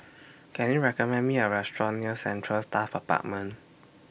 Can YOU recommend Me A Restaurant near Central Staff Apartment